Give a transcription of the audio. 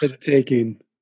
taking